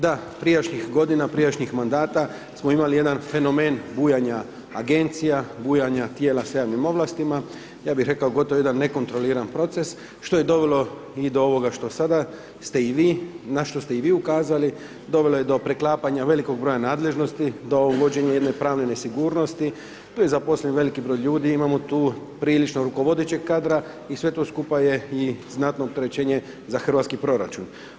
Da prijašnjih godina, prijašnjih mandata, smo imali jedan fenomen bujanja agencija, bujanja tijela s javnim ovlastima, ja bih rekao gotovo jedan nekontroliran proces, što je dovelo i do ovoga što i sada ste i vi, na što ste i vi ukazali, dovelo je do preklapanja velikog broja nadležnosti, do uvođenje jedne pravne nesigurnosti, tu je zaposlen veliki broj ljudi, imamo tu prilično rukovodećeg kadra i sve to skupa je i znatno opterećenje za hrvatski proračun.